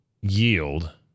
yield